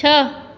छः